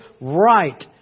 right